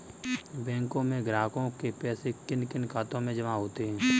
बैंकों में ग्राहकों के पैसे किन किन खातों में जमा होते हैं?